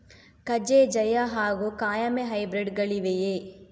ಕಜೆ ಜಯ ಹಾಗೂ ಕಾಯಮೆ ಹೈಬ್ರಿಡ್ ಗಳಿವೆಯೇ?